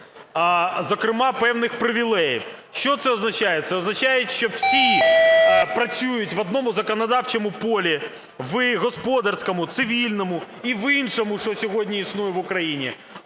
зокрема певних привілеїв. Що це означає? Це означає, що всі працюють в одному законодавчому полі, в господарському, в цивільному і в іншому, що сьогодні існує в Україні,